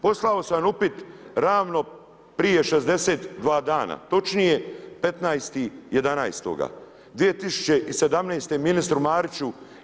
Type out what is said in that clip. Poslao sam upit ravno prije 62 dana, točnije 15.11.2017. ministru Mariću.